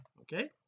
okay